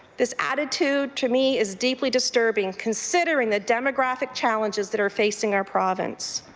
this attitude to me is deeply disturbing, considering the demographic challenges that are facing our province.